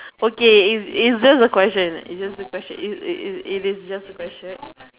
okay is is just a question is just a question it it it it is just a question